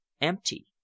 empty